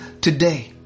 today